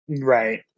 right